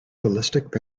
ballistic